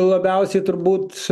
labiausiai turbūt